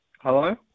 Hello